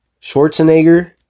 Schwarzenegger